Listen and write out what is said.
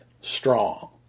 strong